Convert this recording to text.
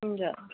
हजुर